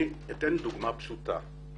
אני אתן דוגמה פשוטה.